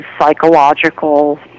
psychological